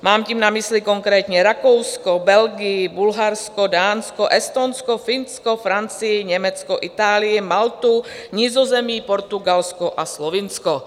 Mám tím na mysli konkrétně Rakousko, Belgii, Bulharsko, Dánsko, Estonsko, Finsko, Francii, Německo, Itálii, Maltu, Nizozemí, Portugalsko a Slovinsko.